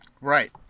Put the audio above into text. Right